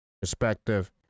perspective